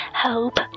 hope